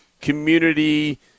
community